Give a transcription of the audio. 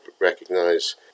recognize